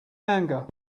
anger